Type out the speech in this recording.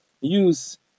use